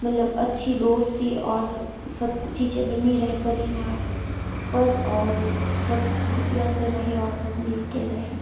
मललब अच्छी दोस्ती और सब चीज़ें बनी रहे परिवार पर और सब खुशियों से रहें और सब मिलके रहें